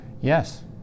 Yes